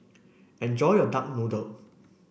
enjoy your Duck Noodle